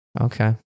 Okay